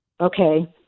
Okay